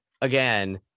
again